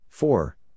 Four